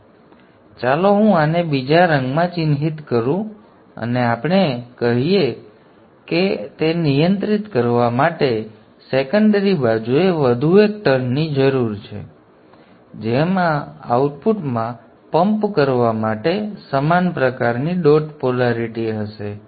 તેથી ચાલો હું આને બીજા રંગમાં ચિહ્નિત કરું અને ચાલો આપણે કહીએ કે આ આ છે અને તે નિયંત્રિત કરવા માટે કે આપણને સેકન્ડરી બાજુએ વધુ એક ટર્નની જરૂર છે જેમાં આઉટપુટમાં પમ્પ કરવા માટે સમાન પ્રકારની ડોટ પોલેરિટી હશે